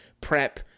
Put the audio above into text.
Prep